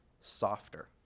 softer